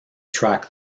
track